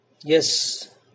Yes